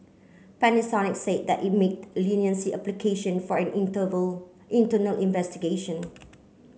Panasonic said that it made leniency application for an interval internal investigation